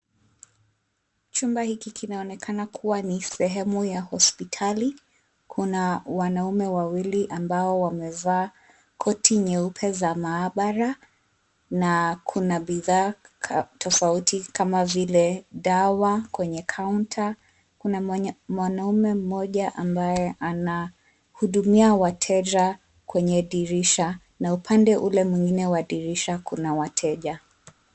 Chumba hiki kinaonekana kuwa ni sehemu ya hospitali. Kuna wanaume wawili ambao wamevaa koti nyeupe za maabara na kuna bidhaa tofauti kama vile dawa kwenye kaunta. Kuna mwanamume mmoja ambaye anahudumia wateja kwenye dirisha, na upande ule mwingine wa dirisha kuna wateja.